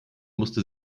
musste